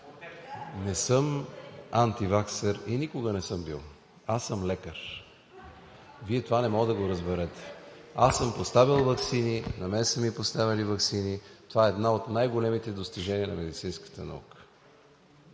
Не съм антиваксър и никога не съм бил. Аз съм лекар! Вие това не можете да го разберете. Аз съм поставял ваксини, на мен са ми поставяни ваксини. Това е едно от най-големите достижения на медицинската наука.